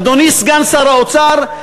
אדוני סגן שר האוצר,